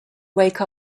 wake